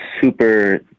super